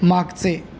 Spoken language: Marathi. मागचे